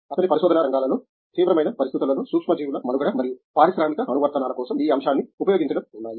అతని పరిశోధనా రంగాల లో తీవ్రమైన పరిస్థితులలో సూక్ష్మజీవుల మనుగడ మరియు పారిశ్రామిక అనువర్తనాల కోసం ఈ అంశాన్ని ఉపయోగించడం ఉన్నాయి